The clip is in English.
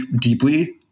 deeply